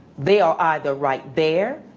they are either right there,